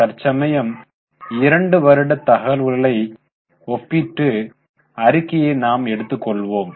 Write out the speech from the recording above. தற்சமயம் 2 வருட தகவல்களை ஒப்பிட்டு அறிக்கையை நாம் எடுத்துக் கொள்வோம்